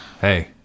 hey